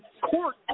court